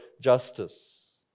justice